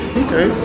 okay